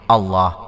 Allah